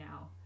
now